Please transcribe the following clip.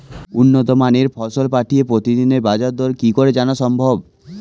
উন্নত মানের ফসল পাঠিয়ে প্রতিদিনের বাজার দর কি করে জানা সম্ভব?